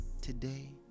today